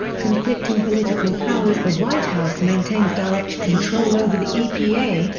conflicting political powers the white house maintains direct control over the epa,